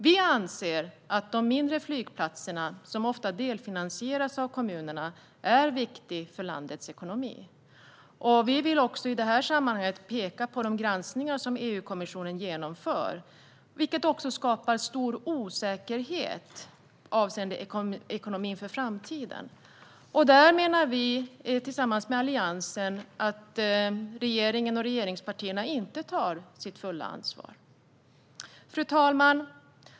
Vi anser att de mindre flygplatserna, som ofta delfinansieras av kommunerna, är viktiga för landets ekonomi. Vi vill i detta sammanhang också peka på att de granskningar som EU-kommissionen genomför skapar stor osäkerhet avseende ekonomin för framtiden. Där menar vi och Alliansen att regeringen och regeringspartierna inte tar sitt fulla ansvar. Fru talman!